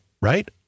right